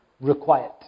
required